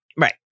Right